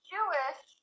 Jewish